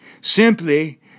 simply